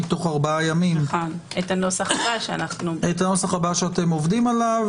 תוך ארבעה ימים את הנוסח הבא שאתם עובדים עליו,